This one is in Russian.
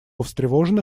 встревожены